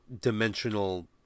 dimensional